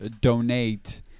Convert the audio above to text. donate